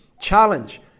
Challenge